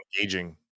engaging